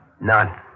None